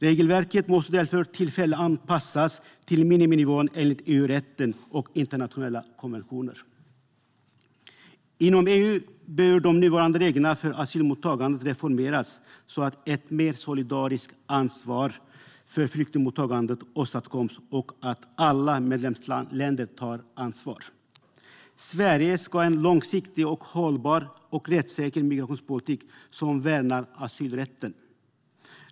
Regelverket måste därför tillfälligt anpassas till miniminivån enligt EU-rätten och internationella konventioner. Inom EU behöver de nuvarande reglerna för asylmottagande reformeras så att ett mer solidariskt ansvar för flyktingmottagandet åstadkoms och att alla medlemsländer tar ansvar. Sverige ska ha en långsiktigt hållbar och rättssäker migrationspolitik som värnar asylrätten.